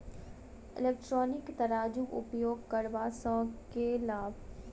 Electronic तराजू उपयोग करबा सऽ केँ लाभ?